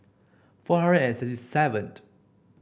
four hundred and sixty seventh